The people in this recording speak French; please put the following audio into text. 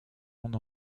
monde